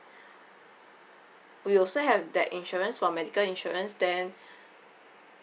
we also have that insurance for medical insurance then